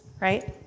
right